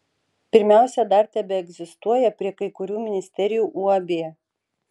pirmiausia dar tebeegzistuoja prie kai kurių ministerijų uab